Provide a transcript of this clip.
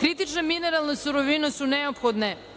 Kritične mineralne sirovine su neophodne